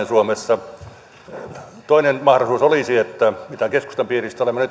suomessa toinen mahdollisuus olisi se mitä keskustan piirissä nyt olemme